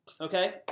okay